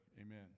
Amen